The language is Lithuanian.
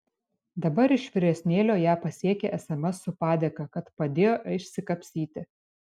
dabar iš vyresnėlio ją pasiekią sms su padėka kad padėjo išsikapstyti